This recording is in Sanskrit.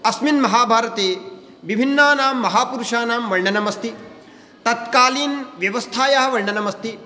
अस्मिन् महाभारते विभिन्नानां महापुरुषाणां वर्णनम् अस्ति तत्कालीनव्यवस्थायाः वर्णनमस्ति